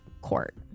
court